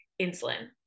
insulin